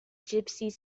gypsies